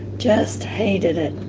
just hated it.